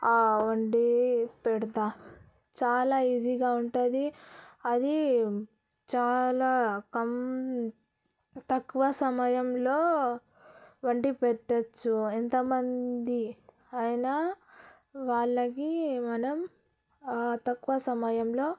వండి పెడతాను చాలా ఈజీగా ఉంటుంది అది చాలా కం తక్కువ సమయంలో వండి పెట్టవచ్చు ఎంతమంది అయినా వాళ్ళకి మనం ఆ తక్కువ సమయంలో